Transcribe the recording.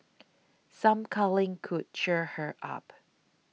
some cuddling could cheer her up